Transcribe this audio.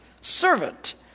servant